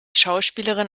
schauspielerin